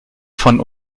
von